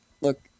Look